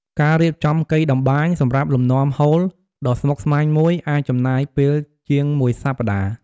ការរៀបចំកីតម្បាញសម្រាប់លំនាំហូលដ៏ស្មុគស្មាញមួយអាចចំណាយពេលជាងមួយសប្តាហ៍។